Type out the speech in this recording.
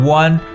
one